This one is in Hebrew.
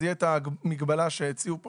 תהיה המגבלה שהציעו פה,